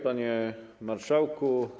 Panie Marszałku!